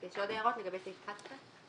יש עוד הערות לגבי סעיף 11?